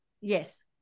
Yes